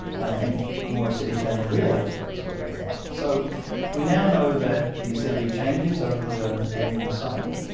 and i think more acidic than the real expects would have dreamed. so we now know that the acidity changes over the annual cycle,